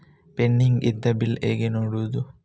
Pending ಇದ್ದ bill ಹೇಗೆ ನೋಡುವುದು?